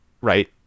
Right